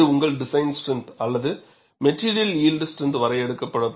இது உங்கள் design strength அல்லது மெட்டிரியல் யில்ட் ஸ்ட்ரெந்த் வரையறுக்கப்படும்